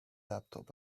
laptop